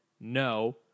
no